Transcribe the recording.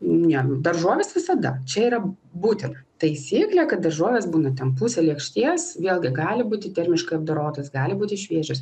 ne daržovės visada čia yra būtina taisyklė kad daržovės būna ten pusė lėkštės vėlgi gali būti termiškai apdorotos gali būti šviežios